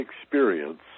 experience